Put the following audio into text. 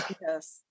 Yes